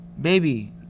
baby